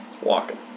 Walking